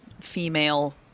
female